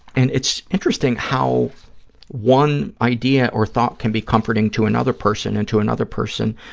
and it's interesting how one idea or thought can be comforting to another person and to another person